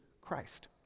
Christ